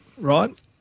right